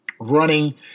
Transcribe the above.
running